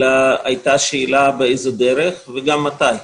אלא הייתה שאלה באיזו דרך וגם מתי.